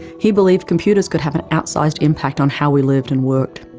he believed computers could have an outsized impact on how we lived and worked